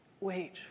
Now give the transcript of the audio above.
Wait